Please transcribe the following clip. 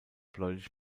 bläulich